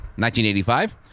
1985